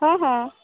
हाँ हाँ